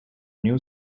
new